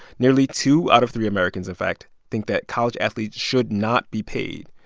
nearly two out of three americans, in fact, think that college athletes should not be paid.